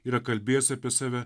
yra kalbėjęs apie save